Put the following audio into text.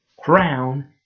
crown